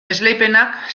esleipenak